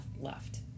left